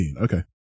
Okay